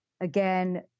Again